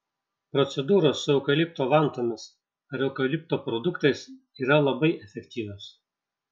procedūros su eukalipto vantomis ar eukalipto produktais yra labai efektyvios